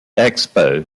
expo